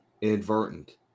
inadvertent